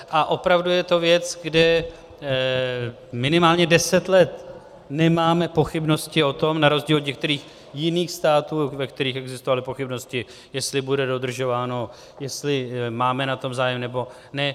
A opravdu je to věc, kde minimálně deset let nemáme pochybnosti o tom, na rozdíl od některých jiných států, ve kterých existovaly pochybnosti, jestli bude dodržováno, jestli máme na tom zájem, nebo ne...